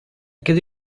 kiedy